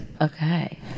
Okay